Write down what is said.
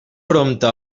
prompte